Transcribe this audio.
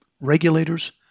regulators